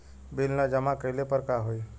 Bill न जमा कइले पर का होई?